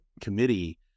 committee